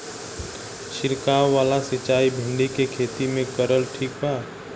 छीरकाव वाला सिचाई भिंडी के खेती मे करल ठीक बा?